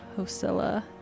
Hosilla